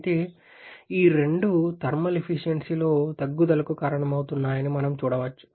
అయితే ఈ రెండూ థర్మల్ ఎఫిషియెన్సీలో తగ్గుదలకు కారణమవుతున్నాయని మనం చూడవచ్చు